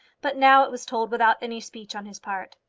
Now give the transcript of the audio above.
but now it was told without any speech on his part.